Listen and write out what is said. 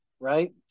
Right